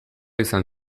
izan